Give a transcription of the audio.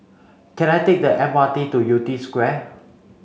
can I take the M R T to Yew Tee Square